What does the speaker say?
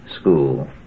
school